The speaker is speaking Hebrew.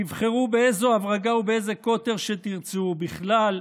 תבחרו באיזו הברגה ובאיזה קוטר שתרצו, ובכלל,